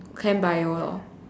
chem bio lor